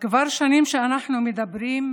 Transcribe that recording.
כבר שנים שאנחנו מדברים,